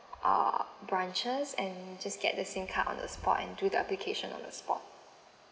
uh branches and just get the SIM card on the spot and do the application on the spot